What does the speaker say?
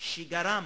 שגרם